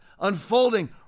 unfolding